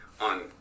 on